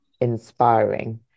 inspiring